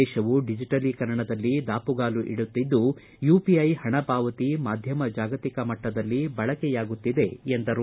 ದೇಶವು ಡಿಜಿಟಲೀಕರಣದಲ್ಲಿ ದಾವುಗಾಲು ಇಡುತ್ತಿದ್ದು ಯುಪಿಐ ಹಣ ಪಾವತಿ ಮಾಧ್ಯಮ ಜಾಗತಿಕ ಮಟ್ಟದಲ್ಲಿ ಬಳಕೆ ಆಗುತ್ತಿದೆ ಎಂದರು